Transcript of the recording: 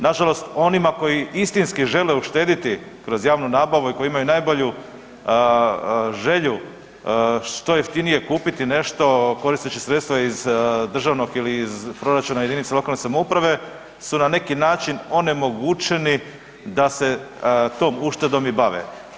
Nažalost, onima koji istinski žele uštedjeti kroz javnu nabavu i koji imaju najbolju želju što jeftinije kupiti nešto koristeći sredstva iz državnog ili proračuna jedinica lokalne samouprave su na neki način onemogućeni da se tom uštedom i bave.